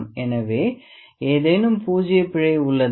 எனவே ஏதேனும் பூஜ்ஜிய பிழை உள்ளதா